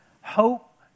hope